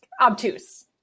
obtuse